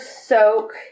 soak